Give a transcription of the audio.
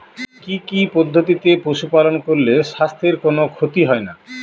কি কি পদ্ধতিতে পশু পালন করলে স্বাস্থ্যের কোন ক্ষতি হয় না?